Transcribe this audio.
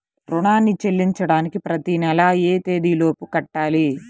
రుణాన్ని చెల్లించడానికి ప్రతి నెల ఏ తేదీ లోపు కట్టాలి?